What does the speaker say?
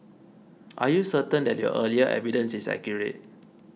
are you certain that your earlier evidence is accurate